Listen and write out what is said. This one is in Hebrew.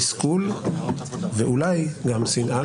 תסכול ואולי גם שנאה,